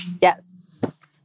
Yes